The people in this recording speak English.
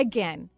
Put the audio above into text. Again